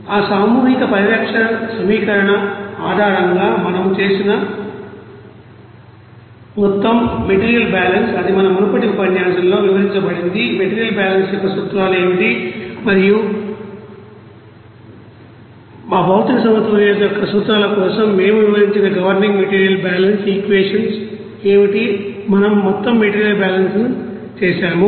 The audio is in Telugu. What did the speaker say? ఆ సామూహిక పరిరక్షణ సమీకరణం ఆధారంగా మనం చేసిన మొత్తం మెటీరియల్ బాలన్స్ అది మన మునుపటి ఉపన్యాసంలో వివరించబడింది మెటీరియల్ బాలన్స్ యొక్క సూత్రాలు ఏమిటి మరియు ఆ భౌతిక సమతుల్యత యొక్క సూత్రాల కోసం మేము వివరించిన గవర్నింగ్ మెటీరియల్ బాలన్స్ ఈక్వేషన్స్ ఏమిటి మనము మొత్తం మెటీరియల్ బాలన్స్ ను చేసాము